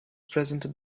presented